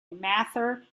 mather